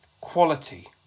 Quality